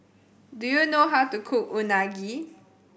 do you know how to cook Unagi